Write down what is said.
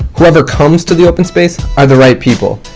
whoever comes to the open space are the right people.